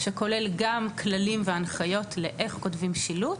שכולל גם כללים והנחיות לאיך כותבים שילוט